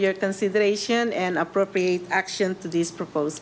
your consideration and appropriate action to these proposed